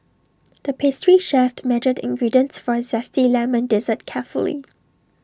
the pastry chef measured the ingredients for A Zesty Lemon Dessert carefully